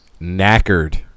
knackered